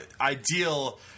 ideal